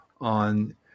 on